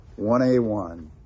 1A1